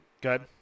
Good